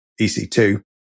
EC2